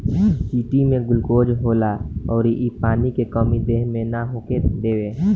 chitin में glucose होला अउर इ पानी के कमी देह मे ना होखे देवे